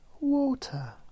Water